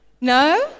no